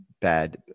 bad